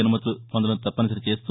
అనుమతులు పొందడం తప్పనిసరి చేస్తూ